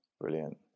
Brilliant